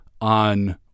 on